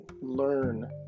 learn